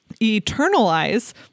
Eternalize